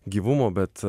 gyvumo bet